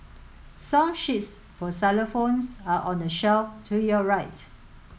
song sheets for xylophones are on the shelf to your right